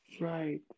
Right